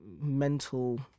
mental